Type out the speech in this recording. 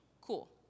Cool